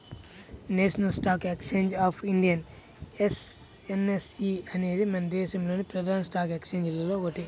national stock exchange of India NSE అనేది మన దేశంలోని ప్రధాన స్టాక్ ఎక్స్చేంజిల్లో ఒకటి